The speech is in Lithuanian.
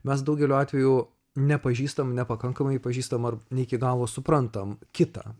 mes daugeliu atvejų nepažįstam nepakankamai pažįstam ne iki galo suprantam kitą